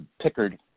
Pickard